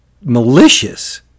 malicious